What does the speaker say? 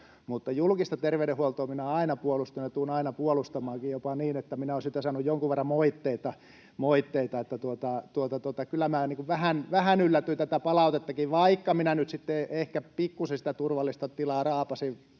Mutta julkista terveydenhuoltoa minä aina puolustan ja tulen aina puolustamaankin, jopa niin, että minä olen siitä saanut jonkun verran moitteita. Että kyllä minä vähän yllätyin tästä palautteestakin, vaikka minä nyt sitten ehkä pikkuisen sitä turvallista tilaa raapaisin,